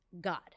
god